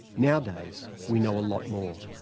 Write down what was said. nowadays, we know a lot more.